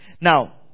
Now